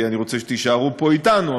כי אני רוצה שתישארו פה אתנו,